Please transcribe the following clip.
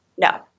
No